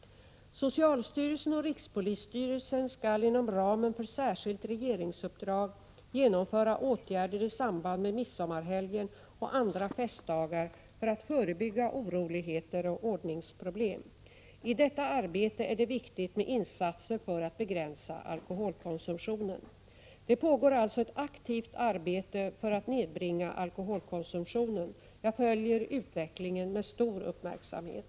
Socialstyrelsen och rikspolisstyrelsen skall inom ramen för särskilt regeringsuppdrag genomföra åtgärder i samband med midsommarhelgen och andra festdagar för att förebygga oroligheter och ordningsproblem. I detta arbete är det viktigt med insatser för att begränsa alkoholkonsumtionen. Det pågår alltså ett aktivt arbete för att nedbringa alkoholkonsumtionen. Jag följer utvecklingen med stor uppmärksamhet.